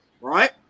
right